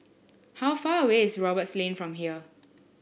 how far away is Roberts Lane from here